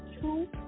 two